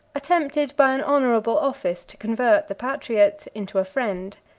attempted by an honorable office to convert the patriot into a friend.